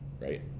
right